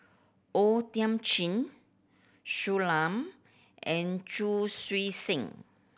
O Thiam Chin Shui Lan and Chu Chee Seng